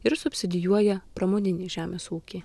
ir subsidijuoja pramoninį žemės ūkį